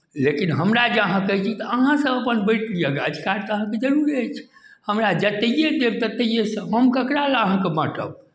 लेकिन हमरा जे अहाँ कहै छी तऽ अहाँसभ अपन बाँटि लिअ गे अधिकार तऽ अहाँकेँ जरूरे अछि हमरा जतहिए देब ततहिएसँ हम ककरा लए अहाँकेँ बाँटब